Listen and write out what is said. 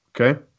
okay